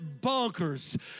bonkers